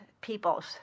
peoples